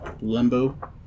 Limbo